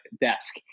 desk